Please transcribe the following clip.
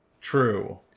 True